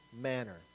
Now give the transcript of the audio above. manner